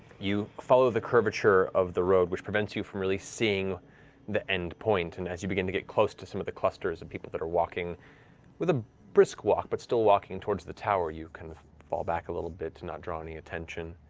you follow the curvature of the road, which prevents you from seeing the end point, and as you begin to get close to some of the clusters of people that are walking with a brisk walk, but still walking towards the tower, you kind of fall back a little bit to not draw any attention.